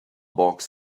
box